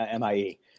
MIE